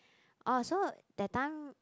orh so that time